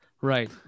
right